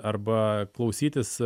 arba klausytis